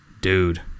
dude